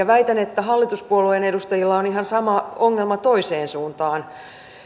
väitän että hallituspuolueiden edustajilla on ihan sama ongelma toiseen suuntaan